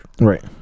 Right